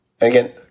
Again